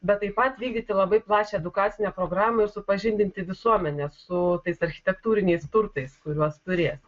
bet taip pat vykdyti labai plačią edukacinę programą ir supažindinti visuomenę su tais architektūriniais turtais kuriuos turės